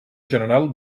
general